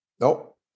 Nope